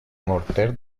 morter